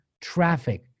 traffic